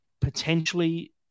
potentially